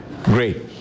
Great